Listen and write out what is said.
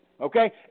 Okay